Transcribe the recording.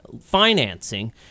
financing